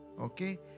Okay